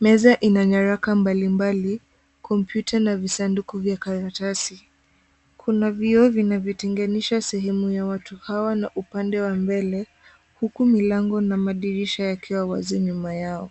Meza ina nyaraka mbalimbali, kompyuta na visanduku vya karatasi. Kuna vioo vinavyotenganisha sehemu ya watu hawa na upande wa mbele, huku milango na madirisha yakiwa wazi nyuma yao.